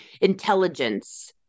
intelligence